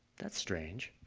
that's strange.